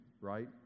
right